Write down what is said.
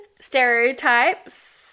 Stereotypes